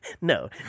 No